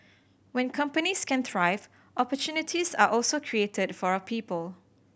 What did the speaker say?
when companies can thrive opportunities are also created for our people